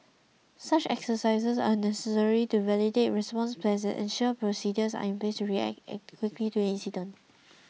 such exercises are necessary to validate response plans and sure procedures are in place to react act quickly to an incident